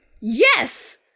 Yes